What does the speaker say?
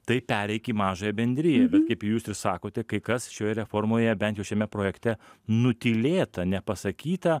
tai pereik į mažąją bendriją kaip jūs ir sakote kai kas šioje reformoje bent jau šiame projekte nutylėta nepasakyta